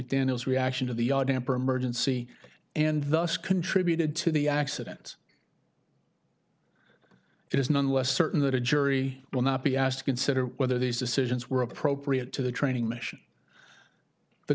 mcdaniels reaction to the odd amp or emergency and thus contributed to the accident it is nonetheless certain that a jury will not be asked to consider whether these decisions were appropriate to the training mission the